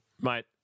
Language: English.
Mate